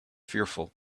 fearful